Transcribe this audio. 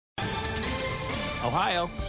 Ohio